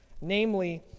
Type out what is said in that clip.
Namely